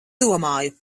domāju